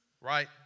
Right